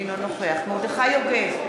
אינו נוכח מרדכי יוגב,